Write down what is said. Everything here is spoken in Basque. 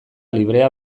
librea